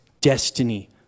destiny